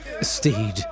Steed